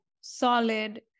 solid